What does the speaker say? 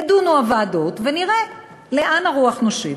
ידונו הוועדות ונראה לאן הרוח נושבת.